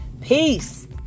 Peace